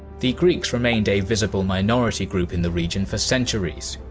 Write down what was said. the greeks remained a visible minority group in the region for centuries.